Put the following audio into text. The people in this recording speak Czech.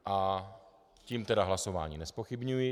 A tím tedy hlasování nezpochybňuji.